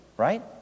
right